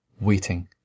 waiting